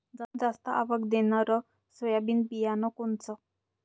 जास्त आवक देणनरं सोयाबीन बियानं कोनचं?